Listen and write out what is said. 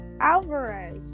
alvarez